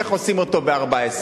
איך עושים אותו ב-14?